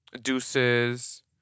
Deuces